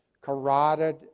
carotid